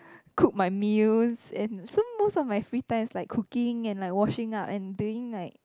cooked my meals and so most of my free time is like cooking and like washing up and doing like